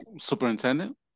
superintendent